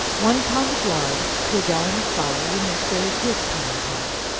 one pound of lard to a gallon of flour will make very good common pies.